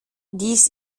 dies